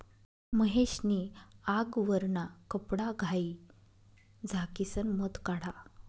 महेश नी आगवरना कपडाघाई झाकिसन मध काढा